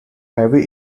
heavy